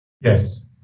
Yes